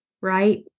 right